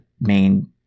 main